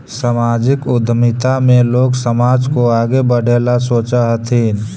सामाजिक उद्यमिता में लोग समाज को आगे बढ़े ला सोचा हथीन